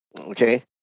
okay